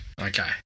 Okay